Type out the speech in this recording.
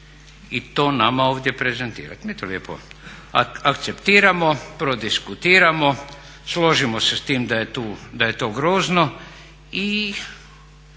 i to nama ovdje prezentirati. Mi to lijepo akceptiramo, prodiskutiramo, složimo se s tim da je to grozno i